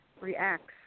reacts